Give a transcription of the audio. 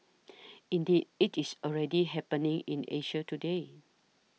indeed it's already happening in Asia today